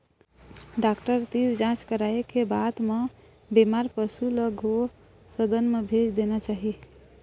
doctor तीर जांच कराए के बाद म बेमार पशु ल गो सदन म भेज देना चाही